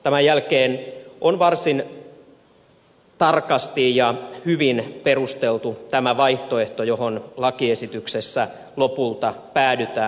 tämän jälkeen on varsin tarkasti ja hyvin perusteltu tämä vaihtoehto johon lakiesityksessä lopulta päädytään